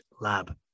lab